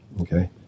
Okay